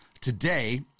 today